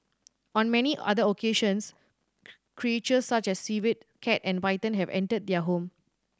on many other occasions creatures such as a civet cat and a python have entered their home